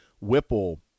Whipple